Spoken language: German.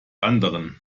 anderen